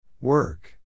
Work